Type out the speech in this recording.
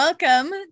welcome